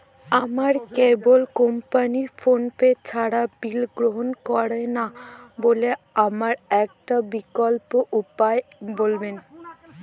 আমার cable company PhonePe ছাড়া bill গ্রহণ করে না বলে আমার একটা বিকল্প উপায় বলবেন?